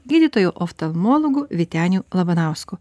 gydytoju oftalmologu vyteniu labanausku